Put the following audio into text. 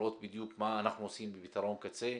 לראות בדיוק מה אנחנו עושים בפתרון קצה,